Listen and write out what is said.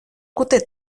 кути